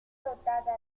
dotada